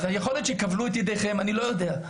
יכול להיות שכבלו את ידיכם, אני לא יודע.